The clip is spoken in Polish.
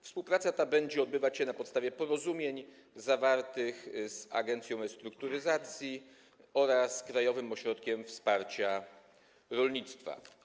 Współpraca ta będzie odbywać się na podstawie porozumień zawartych z agencją restrukturyzacji oraz Krajowym Ośrodkiem Wsparcia Rolnictwa.